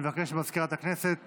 אני מבקש ממזכירת הכנסת